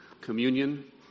communion